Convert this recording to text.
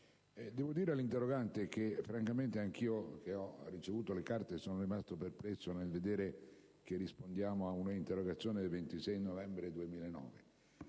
devo dire all'interpellante che francamente anch'io, che ho ricevuto le carte, sono rimasto perplesso nel dover rispondere ad un'interpellanza del 26 novembre 2009.